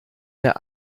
der